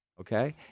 Okay